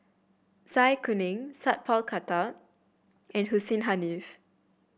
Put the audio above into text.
Zai Kuning Sat Pal Khattar and Hussein Haniff